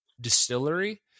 Distillery